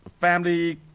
family